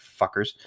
fuckers